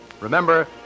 Remember